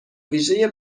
ویژهی